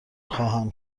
خواهم